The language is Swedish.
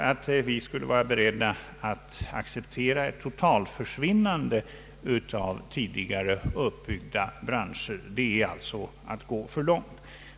Att vi skulle vara beredda att acceptera ett totalförsvinnande av tidigare uppbyggda branscher är alltså att gå för långt.